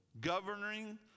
governing